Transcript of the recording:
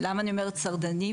ולמה אני אומרת שרדנים?